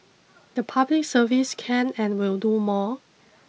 the Public Service can and will do more